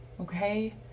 okay